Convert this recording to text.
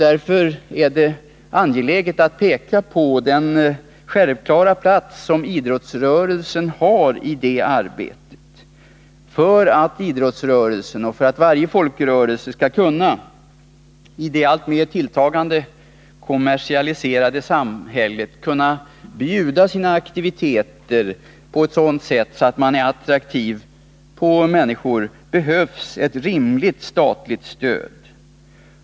Därför är det angeläget att peka på den självklara plats som idrottsrörelsen har i det arbetet, för att idrottsrörelsen och varje folkrörelse i det alltmer kommersialiserade samhället skall kunna bjuda ut sina aktiviteter på ett sådant sätt att de är attraktiva för människor. För detta behövs ett rimligt statligt stöd.